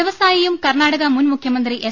വ്യവസായിയും കർണാടക മുൻ മുഖ്യമന്ത്രി എസ്